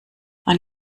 man